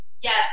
Yes